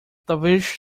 talvez